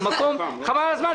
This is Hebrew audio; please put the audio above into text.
הוא מקום "חבל על הזמן".